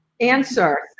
Answer